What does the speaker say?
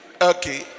Okay